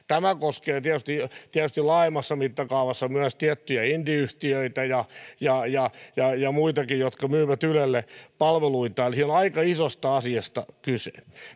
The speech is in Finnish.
tämä koskee tietysti laajemmassa mittakaavassa myös tiettyjä indieyhtiöitä ja ja muitakin jotka myyvät ylelle palveluitaan siellä on aika isosta asiasta kyse